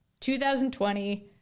2020